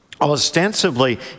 ostensibly